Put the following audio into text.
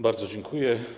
Bardzo dziękuję.